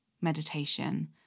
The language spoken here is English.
meditation